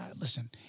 Listen